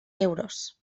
euros